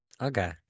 Okay